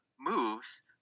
moves